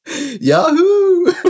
Yahoo